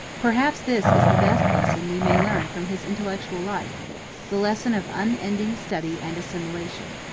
perhaps this is the best lesson we may learn from his intellectual life the lesson of unending study and assimilation.